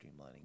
streamlining